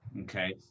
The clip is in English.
okay